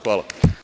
Hvala.